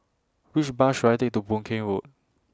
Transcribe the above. Which Bus should I Take to Boon Keng Road